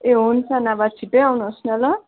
ए हुन्छ नभए छिट्टै आउनुहोस् न ल